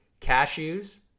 cashews